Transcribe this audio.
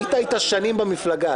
היית איתה שנים במפלגה.